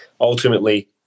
ultimately –